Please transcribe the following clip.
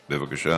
בבקשה.